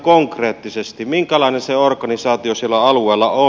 minkälainen se organisaatio siellä alueella on